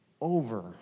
over